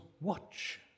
watch